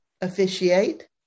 officiate